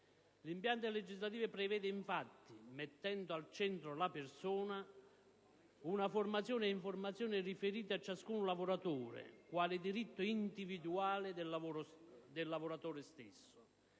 L'impianto legislativo prevede, infatti, mettendo al centro la persona, una formazione e un'informazione riferita a ciascun lavoratore quale diritto individuale del lavoratore stesso.